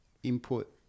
input